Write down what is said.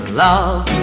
love